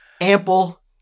ample